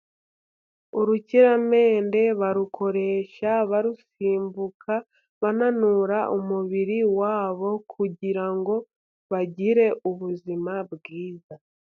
Urukiramende barukoresha barusimbuka, bananura umubiri wabo, kugirango bagire ubuzima bwiza.